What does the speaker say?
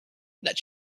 that